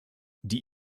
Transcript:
die